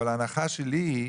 אבל ההנחה שלי היא,